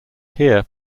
here